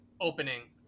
opening